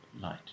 light